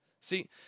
See